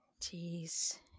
Jeez